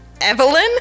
Evelyn